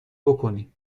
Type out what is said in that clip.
بکنی